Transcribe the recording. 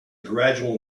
gradual